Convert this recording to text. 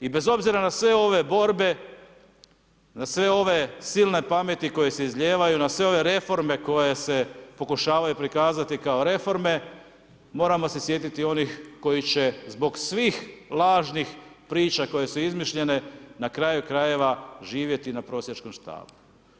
I bez obzira na sve ove borbe, na sve ove silne pameti koje se izlijevaju na sve ove reforme koje se pokušavaju pokušavati kao reforme moramo se sjetiti onih koji će zbog svih lažnih priča koje su izmišljene na kraju krajeva živjeti na prosjačkom štapu.